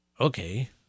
Okay